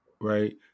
right